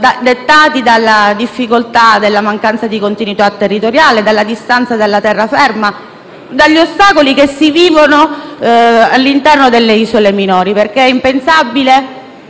dettati dalla difficoltà della mancanza di continuità territoriale, dalla distanza dalla terraferma, dagli ostacoli che si vivono all'interno delle isole minori. È impensabile